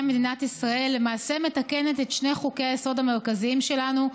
מדינת ישראל למעשה מתקנת את שני חוקי-היסוד המרכזיים שלנו,